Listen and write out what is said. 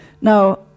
Now